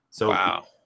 Wow